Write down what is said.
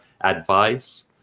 advice